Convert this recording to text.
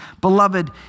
Beloved